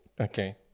okay